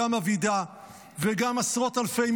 גם אבידע וגם עשרות אלפי,